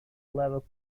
level